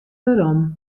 werom